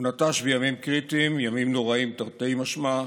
הוא נטש בימים קריטיים, ימים נוראים תרתי משמע,